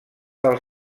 del